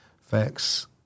Facts